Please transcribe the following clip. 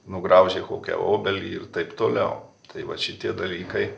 nugraužė kokią obelį ir taip toliau tai vat šitie dalykai